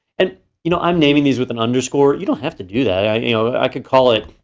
and you know i'm naming these with an underscore. you don't have to do that. i you know i could call it,